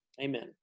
Amen